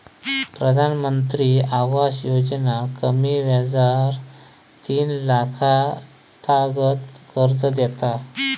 प्रधानमंत्री आवास योजना कमी व्याजार तीन लाखातागत कर्ज देता